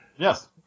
Yes